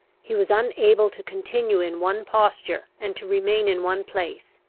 he was unable to continue in one posture, and to remain in one place.